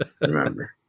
Remember